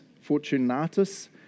Fortunatus